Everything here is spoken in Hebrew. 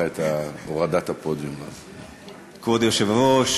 כבוד היושב-ראש,